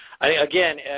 again